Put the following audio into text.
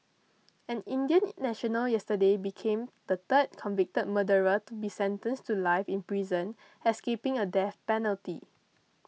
an Indian national yesterday became the third convicted murderer to be sentenced to life in prison escaping a death penalty